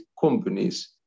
companies